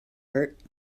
hurt